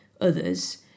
others